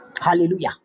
Hallelujah